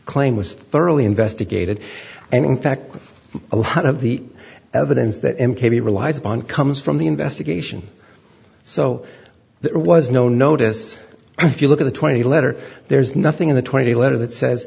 claim was thoroughly investigated and in fact a lot of the evidence that m k be relied upon comes from the investigation so there was no notice if you look at the twenty letter there is nothing in the twenty letter that says